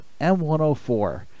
M104